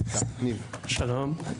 שלום,